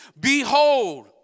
Behold